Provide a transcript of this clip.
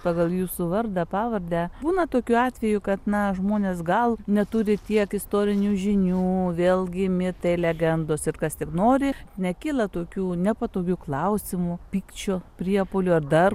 pagal jūsų vardą pavardę būna tokiu atveju kad na žmonės gal neturi tiek istorinių žinių vėlgi mitai legendos ir kas tik nori nekyla tokių nepatogių klausimų pykčio priepuolių ar dar ko nors